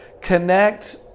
Connect